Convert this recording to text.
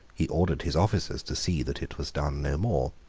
he ordered his officers to see that it was done no more.